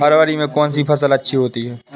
फरवरी में कौन सी फ़सल अच्छी होती है?